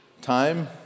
Time